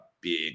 big